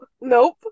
nope